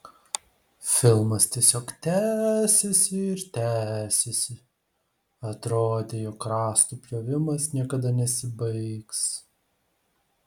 filmas tiesiog tęsėsi ir tęsėsi atrodė jog rąstų pjovimas niekada nesibaigs